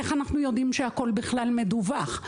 איך אנחנו יודעים שהכול בכלל מדווח?